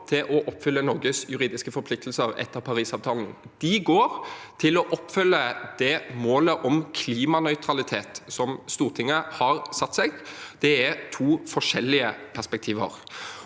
til å oppfylle Norges juridiske forpliktelser etter Parisavtalen. De går til å oppfylle det målet om klimanøytralitet som Stortinget har satt seg. Det er to forskjellige perspektiver.